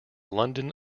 london